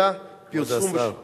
אלא פרסום ושיווק, כבוד השר,